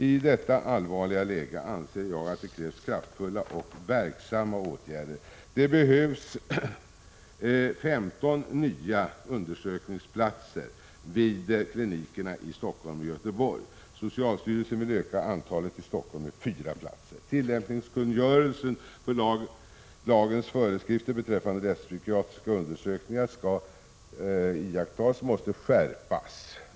I detta allvarliga läge anser jag att det krävs kraftfulla och verksamma åtgärder. Det behövs 15 nya undersökningsplatser vid klinikerna i Stockholm och Göteborg. Socialstyrelsen vill öka antalet i Stockholm med fyra platser. Tillämpningskungörelsen för att lagens föreskrifter beträffande rättspsykiatriska undersökningar skall iakttas måste skärpas.